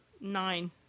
Nine